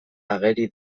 ageri